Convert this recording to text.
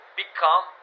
become